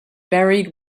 buried